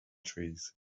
trees